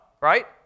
right